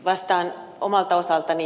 vastaan omalta osaltani